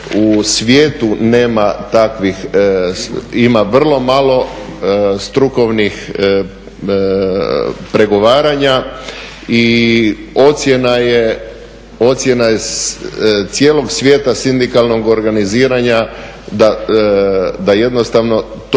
takvih, ima vrlo malo strukovnih pregovaranja. I ocjena je cijelog svijeta sindikalnog organiziranja da jednostavno to